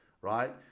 right